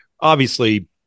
obviously-